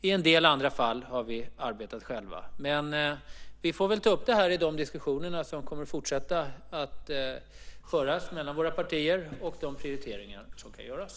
I en del andra fall har vi arbetat själva. Vi får väl ta upp det i de diskussioner som kommer att fortsätta att föras mellan våra partier om de prioriteringar som kan göras.